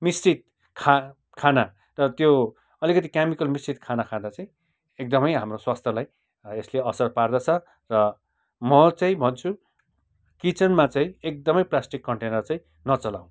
मिश्रित खाना र त्यो अलिकति केमिकल मिसिएको खाना खाँदा चाहिँ एकदमै हाम्रो स्वास्थ्यलाई यसले असर पार्दछ र म चाहिँ भन्छु किचनमा चाहिँ एकदमै प्लास्टिक कन्टेनर चाहिँ नचलाऔँ